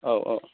औ औ